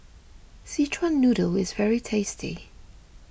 Szechuan Noodle is very tasty